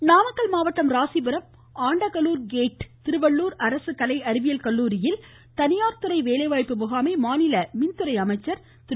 தங்கமணி நாமக்கல் மாவட்டம் ராசிபுரம் ஆண்டகலூர் கேட் திருவள்ளுவர் அரசு கலை அறிவியல் கல்லூரியில் தனியார் துறை வேலைவாய்ப்பு முகாமை மாநில மின்துறை அமைச்சர் திரு